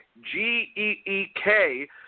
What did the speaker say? G-E-E-K